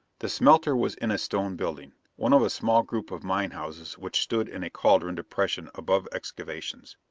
the smelter was in a stone building one of a small group of mine houses which stood in a cauldron depression above excavations.